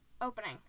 Opening